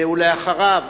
ואחריו,